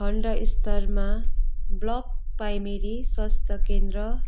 खण्ड स्तरमा block primary स्वास्थ्य केन्द्र